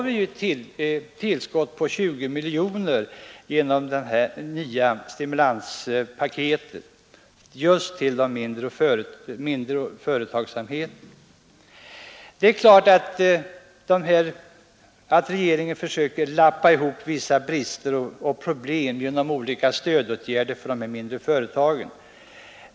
Vi får genom det nya stimulanspaketet ett tillskott på 20 miljoner kronor till den mindre företagsamheten. Regeringen försöker lappa över vissa bistra problem genom stödåtgärder för de mindre företagen.